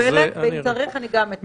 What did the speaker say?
אני מקבלת, ואם צריך, אני גם אתנצל.